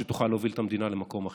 שתוכל להוביל את המדינה למקום אחר.